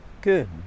Good